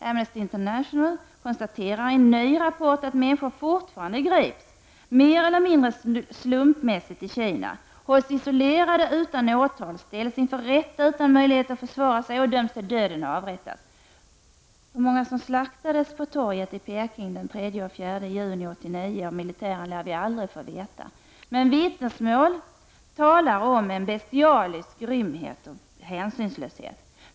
Amnesty International konstaterar i en ny rapport att människor i Kina fortfarande grips mer eller mindre slumpmässigt, hålls isolerade utan åtal, ställs inför rätta utan möjlighet att försvara sig, döms till döden och avrättas. Hur många som slaktades av militären på torget i Peking den 3—4 juni 1989 lär vi aldrig få veta, men vittnesmålen talade om en bestialisk grymhet och hänsynslöshet.